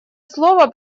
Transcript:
слово